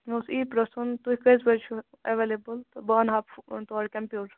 مےٚ اوس یی پرٛوژھُن تُہۍ کٔژِ بَجہِ چِھو ایٚولبٕل تہٕ بہٕ اَنہا تور کیمپوٹر